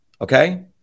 Okay